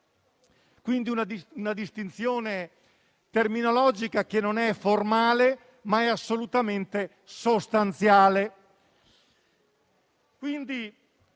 legale. Una distinzione terminologica che non è formale, ma assolutamente sostanziale.